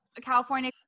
California